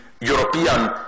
European